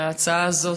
ההצעה הזו,